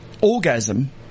orgasm